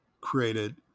created